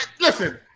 listen